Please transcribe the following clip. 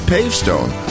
Pavestone